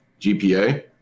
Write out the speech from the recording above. GPA